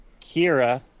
Kira